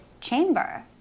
chamber